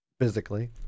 physically